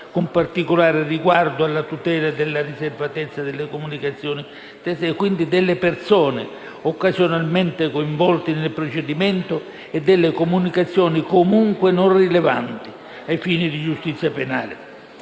con particolare riguardo alla tutela della riservatezza delle comunicazioni e conversazioni delle persone occasionalmente coinvolte nel procedimento e delle comunicazioni comunque non rilevanti ai fini della giustizia penale.